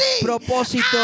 propósito